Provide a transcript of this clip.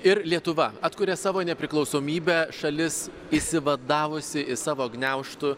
ir lietuva atkuria savo nepriklausomybę šalis išsivadavusi iš savo gniaužtų